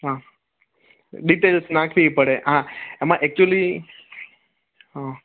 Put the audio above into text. હં ડિટેલ્સ નાખવી પડે હા એમાં એક્ચુલી હં